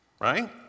Right